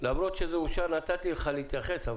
למרות שזה אושר נתתי לך להתייחס,